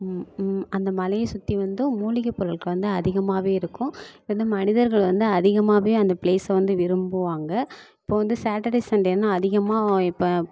அந்த மலைய சுற்றி வந்து மூலிகை பொருட்கள் வந்து அதிகமாகவே இருக்கும் வந்து மனிதர்கள் வந்து அதிகமாகவே அந்த பிளேஸை வந்து விரும்புவாங்க இப்போ வந்து சாட்டர்டே சண்டே ஆனால் அதிகமாக இப்போ